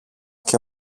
και